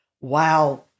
wow